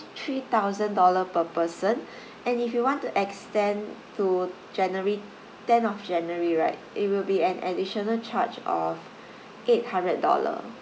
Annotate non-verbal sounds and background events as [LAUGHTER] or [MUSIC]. three thousand dollar per person [BREATH] and if you want to extend to january ten of january right it will be an additional charge of [BREATH] eight hundred dollar